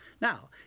Now